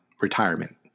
retirement